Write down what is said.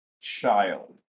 child